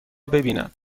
ببیند